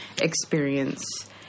experience